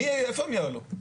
איפה הם יעלו?